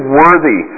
worthy